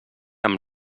amb